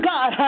God